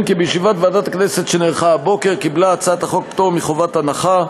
כי בישיבת ועדת הכנסת שנערכה הבוקר קיבלה הצעת החוק פטור מחובת הנחה,